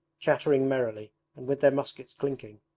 chattering merrily and with their muskets clinking,